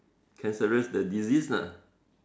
cancerous the disease lah